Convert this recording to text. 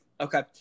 okay